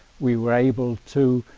we were able to